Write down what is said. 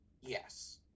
Yes